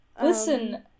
Listen